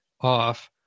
off